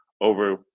over